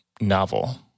novel